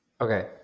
Okay